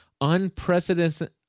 unprecedented